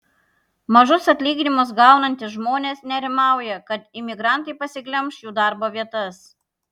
mažus atlyginimus gaunantys žmonės nerimauja kad imigrantai pasiglemš jų darbo vietas